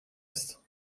ist